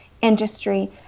industry